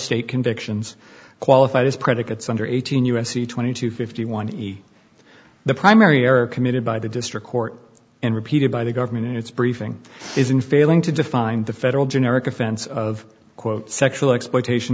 state convictions qualified as predicates under eighteen u s c twenty two fifty one the primary or committed by the district court and repeated by the government in its briefing is in failing to define the federal generic offense of quote sexual exploitation